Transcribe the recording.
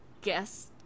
guess